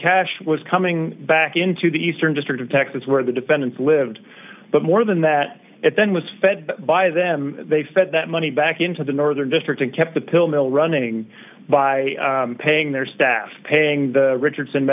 cash was coming back into the eastern district of texas where the defendants lived but more than that it then was fed by them they spent that money back into the northern district and kept the pill mill running by paying their staff paying the richardson